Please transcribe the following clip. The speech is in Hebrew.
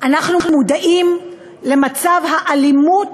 אנחנו מודעים למצב האלימות,